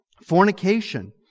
fornication